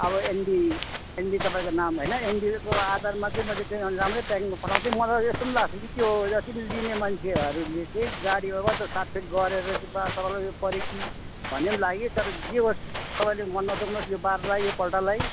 अब NB NB तपाईँको नाम होइन एनबीको आधारमा चाहिँ म चाहिँ किनभने राम्रै प्याकिङमा पठाउँथ्येँ म त यस्तो पनि लाग्छ कि त्यो जति पनि लिने मान्छेहरूले चाहिँ गाडीमा वा त साट फेट गरेर चाहिँ वा तपाईँलाई यो पऱ्यो कि भन्ने पनि लाग्यो कि तर जेहोस् तपाईँले मन नदुखाउनु होस् यो बारलाई यो पल्टलाई